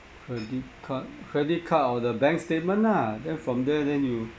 credit card credit card or the bank statement lah then from there then you